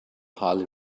highly